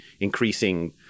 increasing